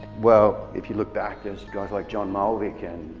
well if you look back there's guys like john malvic and